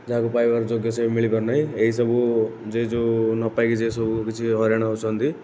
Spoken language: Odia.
ଯାହାକୁ ପାଇବାର ଯୋଗ୍ୟ ସେ ମିଳିପାରୁ ନାହିଁ ଏଇ ସବୁ ଯେ ଯେଉଁ ନପାଇକି ଯିଏ ସବୁ କିଛି ହଇରାଣ ହେଉଛନ୍ତି